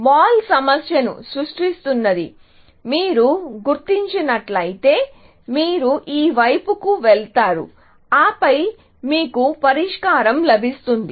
mall సమస్యను సృష్టిస్తుందని మీరు గుర్తించినట్లయితే మీరు ఈ వైపుకు వెళతారు ఆపై మీకు పరిష్కారం లభిస్తుంది